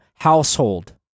household